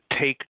take